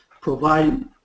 provide